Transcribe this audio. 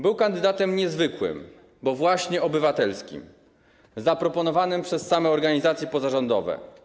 Był kandydatem niezwykłym, bo właśnie obywatelskim, zaproponowanym przez same organizacje pozarządowe.